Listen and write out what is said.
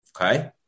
Okay